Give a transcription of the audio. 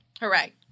Hooray